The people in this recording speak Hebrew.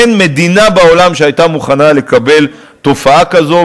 אין מדינה בעולם שהייתה מוכנה לקבל תופעה כזאת,